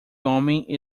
homem